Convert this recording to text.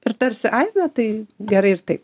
ir tarsi ai na tai gerai ir taip